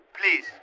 please